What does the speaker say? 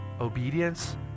obedience